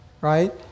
right